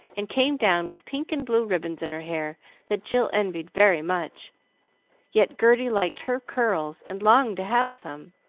and came down with pink and blue ribbons in her hair that jill envied very much yet gerty liked her curls, and longed to have some,